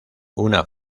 una